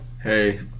Hey